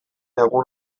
egun